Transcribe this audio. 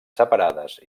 separades